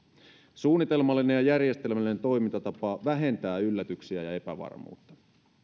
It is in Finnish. suunnitelmallinen ja järjestelmällinen toimintatapa vähentää yllätyksiä ja epävarmuutta